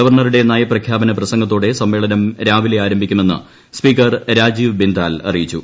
ഗവർണറുടെ നയപ്രഖ്യാപന പ്രസംഗത്തോടെ സമ്മേളനം രാവിലെ ആരംഭിക്കുമെന്ന് സ്പീക്കർ രാജീവ് ബിന്ദാൽ അറിയിച്ചു